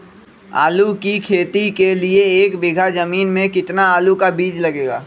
आलू की खेती के लिए एक बीघा जमीन में कितना आलू का बीज लगेगा?